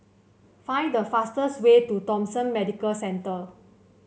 find the fastest way to Thomson Medical Centre